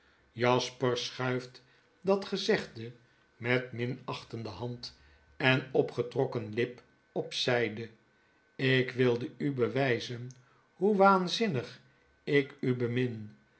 jasper schuift dat gezegde met minachtende hand en opgetrokken lip op zjjde ik wilde u bewjjzen hoe waanzinnig ik u bemin